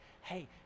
hey